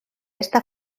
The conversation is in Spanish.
esta